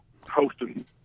hosting